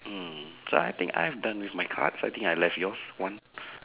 mm so I think I am done with my cards I think I left yours one